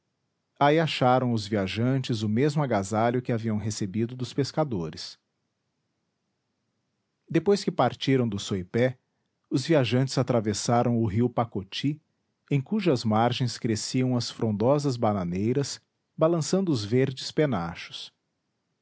aí acharam os viajantes o mesmo agasalho que haviam recebido dos pescadores depois que partiram do soipé os viajantes atravessaram o rio pacoti em cujas margens cresciam as frondosas bananeiras balançando os verdes penachos